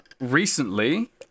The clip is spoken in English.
Recently